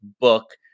book